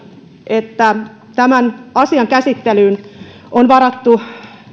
että tämän asian käsittelyyn on varattu